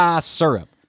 syrup